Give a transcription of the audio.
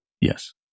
Yes